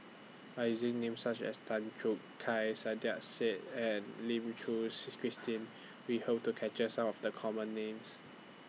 By using Names such as Tan Choo Kai Saiedah Said and Lim Suchen Christine We Hope to capture Some of The Common Names